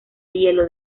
hielo